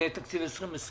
אם יהיה תקציב ל-2020